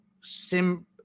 sim